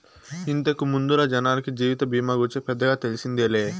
ఇంతకు ముందల జనాలకి జీవిత బీమా గూర్చి పెద్దగా తెల్సిందేలే